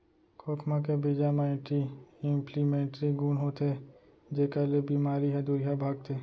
खोखमा के बीजा म एंटी इंफ्लेमेटरी गुन होथे जेकर ले बेमारी ह दुरिहा भागथे